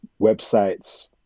websites